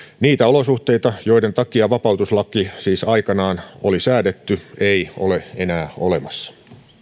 olosuhteita joiden takia vapautuslaki siis aikanaan on säädetty ei ole enää olemassa